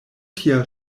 tia